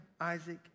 Isaac